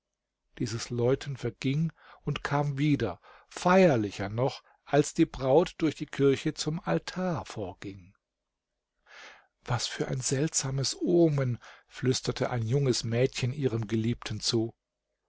dies läuten verging und kam wieder feierlicher noch als die braut durch die kirche zum altar vorging was für ein seltsames omen flüsterte ein junges mädchen ihrem geliebten zu